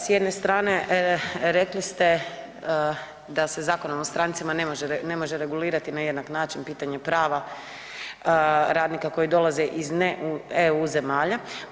S jedne strane rekli ste da se Zakonom o strancima ne može, ne može regulirati na jednak način pitanje prava radnika koji dolaze iz ne EU zemalja.